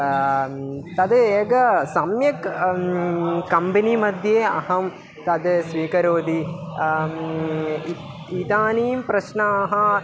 तत् एका सम्यक् कम्बनि मध्ये अहं तत् स्वीकरोति इदानीं प्रश्नाः